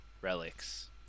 relics